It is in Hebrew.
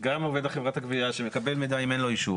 גם העובד של חברת הגבייה שמקבל מידע אם אין לו אישור